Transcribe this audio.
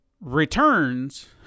returns